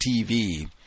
TV